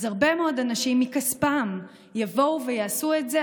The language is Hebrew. הרבה מאוד אנשים, מכספם יבואו ויעשו את זה.